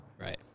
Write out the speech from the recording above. right